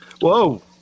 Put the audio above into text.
Whoa